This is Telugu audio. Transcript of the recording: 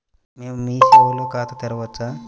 మేము మీ సేవలో ఖాతా తెరవవచ్చా?